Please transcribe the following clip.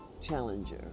challenger